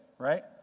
right